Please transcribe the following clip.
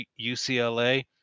UCLA